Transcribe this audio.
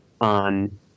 on